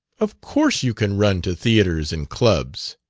of course you can run to theatres and clubs.